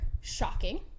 shocking